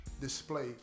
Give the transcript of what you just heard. display